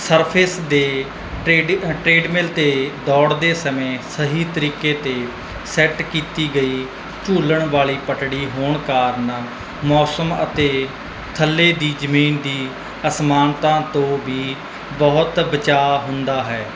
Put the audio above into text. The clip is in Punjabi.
ਸਰਫੇਸ ਦੇ ਟਰੇਡੀ ਟਰੇਡ ਮਿਲ 'ਤੇ ਦੌੜਦੇ ਸਮੇਂ ਸਹੀ ਤਰੀਕੇ 'ਤੇ ਸੈੱਟ ਕੀਤੀ ਗਈ ਝੂਲਣ ਵਾਲੀ ਪਟੜੀ ਹੋਣ ਕਾਰਨ ਮੌਸਮ ਅਤੇ ਥੱਲੇ ਦੀ ਜ਼ਮੀਨ ਦੀ ਅਸਮਾਨਤਾ ਤੋਂ ਵੀ ਬਹੁਤ ਬਚਾਅ ਹੁੰਦਾ ਹੈ